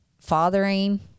fathering